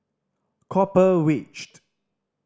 Copper Ridged